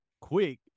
quick